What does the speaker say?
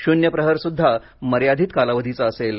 शून्य प्रहरसुद्धा मर्यादित कालावधीचा असेल